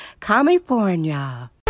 California